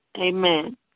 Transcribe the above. amen